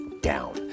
down